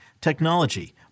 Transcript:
technology